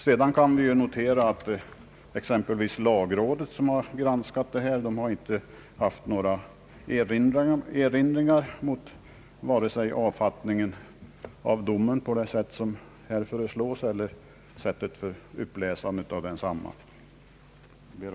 Det bör också noteras att exempelvis lagrådet, som granskat förslaget, inte haft några erinringar mot vare sig avfattningen av domen på det sätt som här föreslås eller sättet för uppläsandet av densamma. Herr talman!